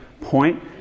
point